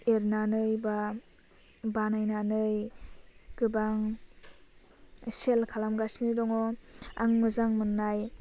एरनानै बा बानायनानै गोबां सेल खालामगासिनो दङ आं मोजां मोन्नाय